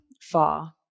far